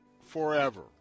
forever